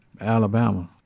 Alabama